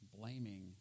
blaming